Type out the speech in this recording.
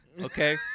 okay